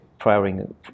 prioring